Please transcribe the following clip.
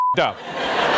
up